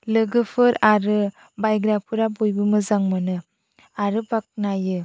लोगोफोर आरो बायग्राफोरा बयबो मोजां मोनो आरो बाख्नायो